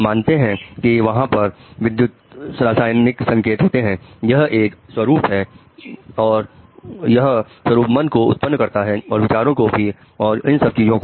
मानते हैं कि वहां पर विद्युत रासायनिक संकेत होते हैं यह एक स्वरूप है और यह स्वरूप मन को उत्पन्न करता है और विचारों को भी और इन सब चीजों को